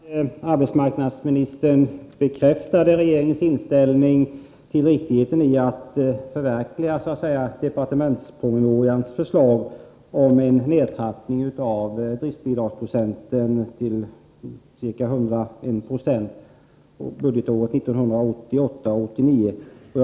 Herr talman! Det var värdefullt att arbetsmarknadsministern bekräftade regeringens inställning när det gäller riktigheten i att förverkliga departementspromemorians förslag om en nedtrappning av driftbidragsprocenten till ca 101 96 budgetåret 1988/89.